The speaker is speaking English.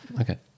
Okay